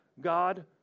God